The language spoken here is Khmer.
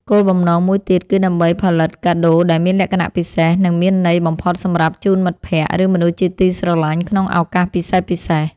គោលបំណងមួយទៀតគឺដើម្បីផលិតកាដូដែលមានលក្ខណៈពិសេស និងមានន័យបំផុតសម្រាប់ជូនមិត្តភក្តិ ឬមនុស្សជាទីស្រឡាញ់ក្នុងឱកាសពិសេសៗ។